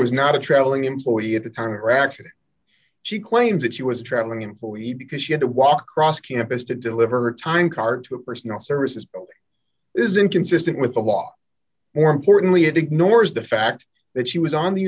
petitioner was not a traveling employee at the time or actually she claims that she was traveling employee because she had to walk across campus to deliver time card to a personal services building is inconsistent with the law more importantly it ignores the fact that she was on the